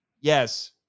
Yes